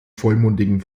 vollmundigen